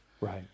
Right